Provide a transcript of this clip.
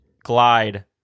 Glide